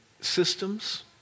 systems